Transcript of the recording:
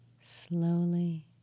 slowly